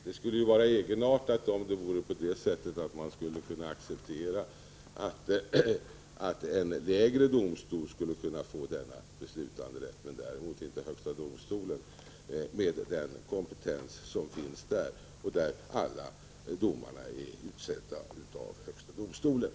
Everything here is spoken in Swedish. Det skulle vara egenartat om man kunde acceptera att en lägre domstol fick denna beslutanderätt men däremot inte högsta domstolen, med den kompetens som den besitter och där alla domarna är utsedda av regeringen.